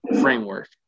framework